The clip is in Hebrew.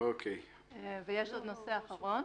ויש עוד נושא אחרון